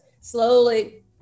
slowly